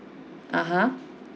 (uh huh)